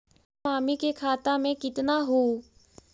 मेरा मामी के खाता में कितना हूउ?